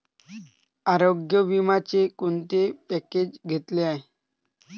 आरोग्य विम्याचे कोणते पॅकेज घेतले आहे?